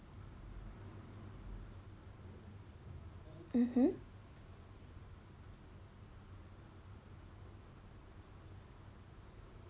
mmhmm